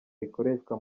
rikoreshwa